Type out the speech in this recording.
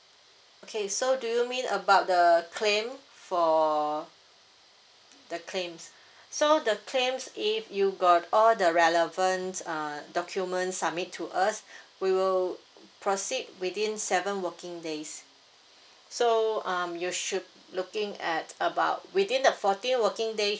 okay so do you mean about the claim for the claims so the claims if you got all the relevant err documents submit to us we will proceed within seven working days so um you should looking at about within the fourteen working days